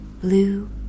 blue